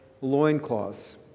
loincloths